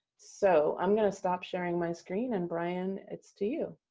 so i'm going to stop sharing my screen and brian, it's to you.